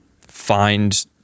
find